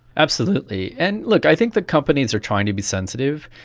absolutely. and look, i think the companies are trying to be sensitive,